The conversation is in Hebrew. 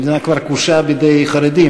המדינה כבר כבושה בידי החרדים,